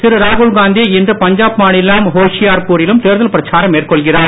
திரு ராகுல்காந்தி இன்று பஞ்சாப் மாநிலம் ஹோஷியார்பூரிலும் தேர்தல் பிரச்சாரம் மேற்கொள்கிறார்